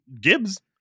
Gibbs